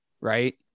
right